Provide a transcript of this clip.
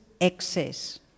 excess